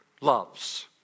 loves